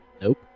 Nope